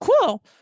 cool